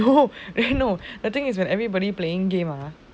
no no eh no the thing is when everybody playing game ah